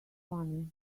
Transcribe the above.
funny